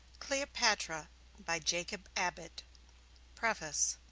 cleopatra by jacob abbott preface